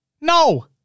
No